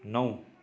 नौ